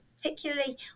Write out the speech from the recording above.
particularly